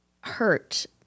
hurt